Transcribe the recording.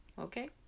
okay